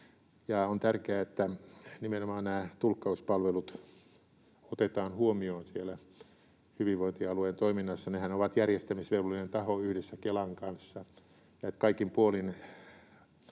on tärkeää, että nimenomaan nämä tulkkauspalvelut otetaan huomioon siellä hyvinvointialueen toiminnassa — nehän ovat järjestämisvelvollinen taho yhdessä Kelan kanssa — ja että kaikin puolin